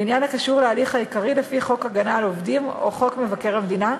בעניין הקשור להליך העיקרי לפי חוק הגנה על עובדים או חוק מבקר המדינה,